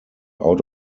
out